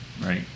Right